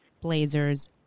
Blazers